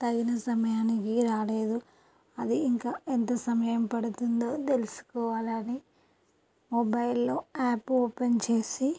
తగిన సమయానికి రాలేదు అది ఇంకా ఎంత సమయం పడుతుందో తెలుసుకోవాలని మొబైల్లో యాప్ ఓపెన్ చేసి